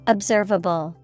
Observable